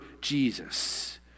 Jesus